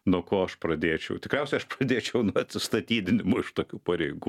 nuo ko aš pradėčiau tikriausiai aš pradėčiau atsistatydinimo iš tokių pareigų